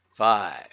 five